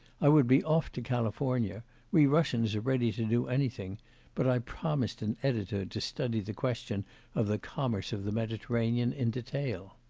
i would be off to california we russians are ready to do anything but i promised an editor to study the question of the commerce of the mediterranean in detail.